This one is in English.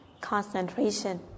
concentration